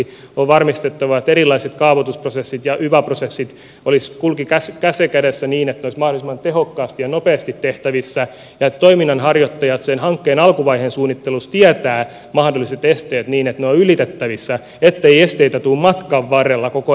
on varmistettava että erilaiset kaavoitusprosessit ja yva prosessit kulkevat käsi kädessä niin että ne olisivat mahdollisimman tehokkaasti ja nopeasti tehtävissä ja että toiminnan harjoittajat sen hankkeen alkuvaiheen suunnittelussa tietävät mahdolliset esteet niin että ne ovat ylitettävissä ettei uusia esteitä tule matkan varrella koko ajan tietoon